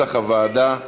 כנוסח הוועדה.